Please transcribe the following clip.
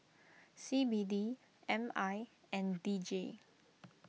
C B D M I and D J